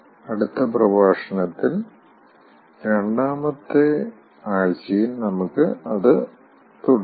അടുത്ത പ്രഭാഷണത്തിൽ രണ്ടാമത്തെ ആഴ്ചയിൽ നമുക്ക് അത് തുടരാം